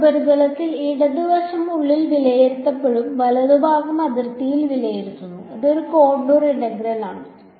ചില ഉപരിതലത്തിൽ ഇടത് വശം ഉള്ളിൽ വിലയിരുത്തപ്പെടുന്നു വലതുഭാഗം അതിർത്തിയിൽ വിലയിരുത്തുന്നു അത് ഒരു കോണ്ടൂർ ഇന്റഗ്രൽ ആണ്